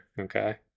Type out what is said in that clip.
okay